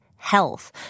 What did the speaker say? Health